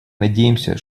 надеемся